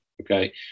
Okay